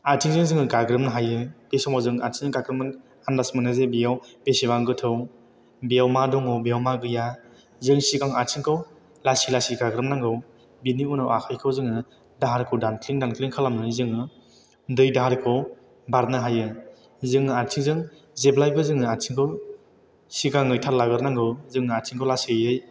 आथिंजों जोङो गाग्रोबनो हायो बे समाव जोङो आथिंजों गाग्रोबनानै आन्दास मोनो जे बेयाव बेसेबां गोथौ बेयाव मा दङ बेयाव मा गैया जों सिगां आथिंखौ लासै लासै गाग्रोबनांगौ बेनि उनाव आखाइखौ जोङो दाहारखौ दानख्लिं दानख्लिं खालामनानै जोङो दै दाहारखौ बारनो हायो जोङो आथिंजों जेब्लायबो जोङो आथिंखौ सिगाङै थाल लाग्रोनांगौ जोङो आथिंखौ लासैयै